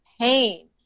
pain